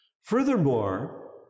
Furthermore